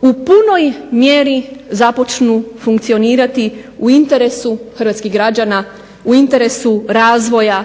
u punoj mjeri započnu funkcionirati u interesu hrvatskih građana, u interesu razvoja,